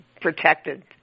protected